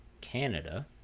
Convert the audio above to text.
Canada